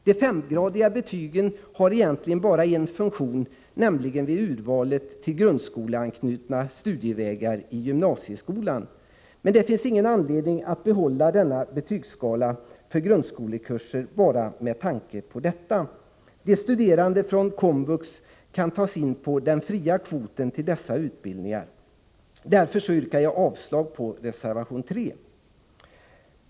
De femgradiga betygen har egentligen bara en funktion, nämligen vid urvalet till grundskoleanknutna studievägar i gymnasieskolan. Det finns ingen anledning att behålla denna betygsskala för grundskolekurser bara med tanke på detta förhållande. De studerande från komvux kan tas in till dessa utbildningar på den fria kvoten. Därför yrkar jag avslag på reservation 3.